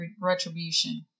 retribution